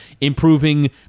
improving